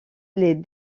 les